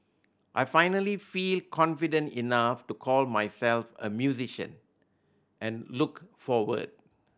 I finally feel confident enough to call myself a musician and look forward